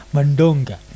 Mandonga